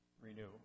Renew